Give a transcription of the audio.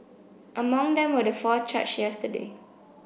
among them were the four charged yesterday